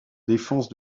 défense